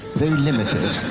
very limited.